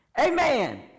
Amen